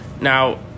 Now